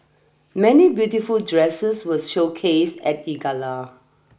many beautiful dresses was showcased at the gala